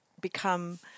become